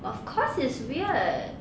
of course is weird